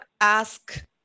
ask